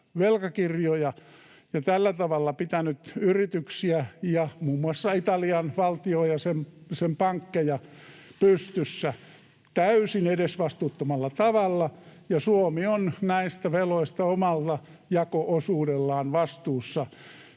ja tällä tavalla pitänyt yrityksiä ja muun muassa Italian valtiota ja sen pankkeja pystyssä täysin edesvastuuttomalla tavalla, ja Suomi on näistä veloista omalla jako-osuudellaan vastuussa.